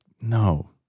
no